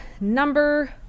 number